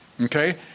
Okay